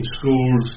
schools